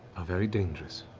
are very dangerous.